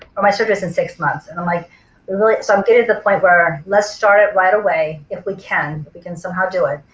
or my surgeries in six months. and i'm like really, so i'm getting to the point where let's start it right away if we can if we can somehow do it.